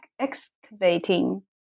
excavating